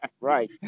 Right